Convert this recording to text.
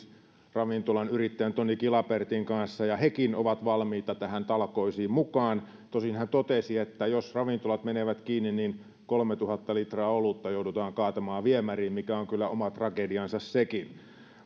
ravintolayrittäjän tony gilabertin kanssa ja hekin ovat valmiita näihin talkoisiin mukaan tosin hän totesi että jos ravintolat menevät kiinni niin kolmetuhatta litraa olutta joudutaan kaatamaan viemäriin mikä on kyllä oma tragediansa sekin